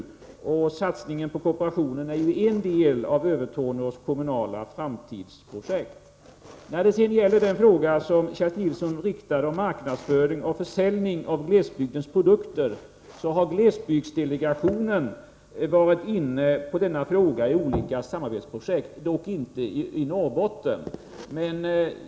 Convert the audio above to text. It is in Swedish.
bygdskommuner Satsningen på kooperationen är ju en del av Övertorneås kommunala framtidsprojekt. När det sedan gäller den fråga som Kerstin Nilsson riktade om marknadsföring och försäljning av glesbygdens produkter vill jag säga att glesbygdsdelegationen har varit inne på den saken i olika samarbetsprojekt — dock inte i Norrbotten.